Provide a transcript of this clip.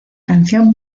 canción